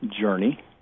journey